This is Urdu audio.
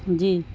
جی